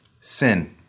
Sin